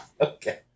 okay